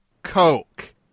Coke